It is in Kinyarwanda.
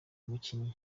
mukinnyi